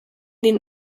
den